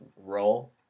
role